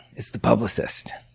it's the publicist.